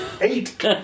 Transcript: eight